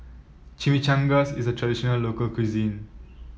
chimichangas is a traditional local cuisine